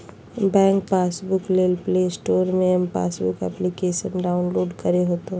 bank passbook ले play store से M passbook application download करे होतो